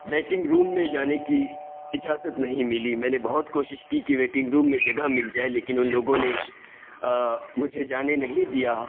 waiting room میں جانے کی اجازت نہیں ملی میں نے بہت کوشش کی کہ ویٹنگ روم میں جگہ مل جائے لیکن ان لوگوں نے مجھے جانے نہیں دیا